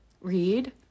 read